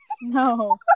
No